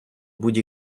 будь